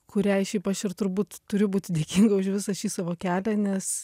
kuriai šiaip aš ir turbūt turiu būti dėkinga už visą šį savo kelią nes